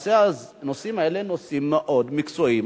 הנושאים האלה הם נושאים מאוד מקצועיים,